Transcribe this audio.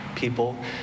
people